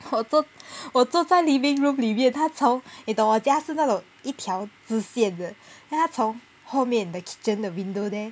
我坐我坐在 living room 里面它从你懂我家是那种一条直线的 then 它从后面 the kitchen the window there